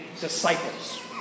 disciples